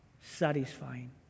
satisfying